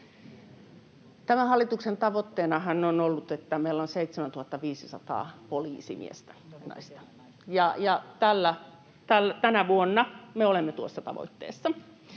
hallituksen tavoitteenahan on ollut, että meillä on 7 500 poliisimiestä ja ‑naista, ja tänä vuonna me olemme tuossa tavoitteessa.